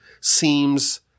seems